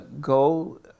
go